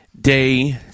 day